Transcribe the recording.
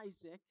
Isaac